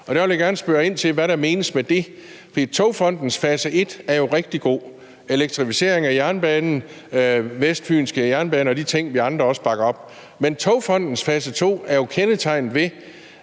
og der vil jeg gerne spørge ind til, hvad der menes med det. For Togfonden DK's fase et er jo rigtig god: elektrificering af jernbanen, vestfynske jernbaner og de ting, som vi andre også bakker op. Men Togfonden DK's fase to er jo kendetegnet ved,